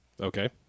Okay